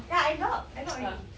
ya I locked I locked already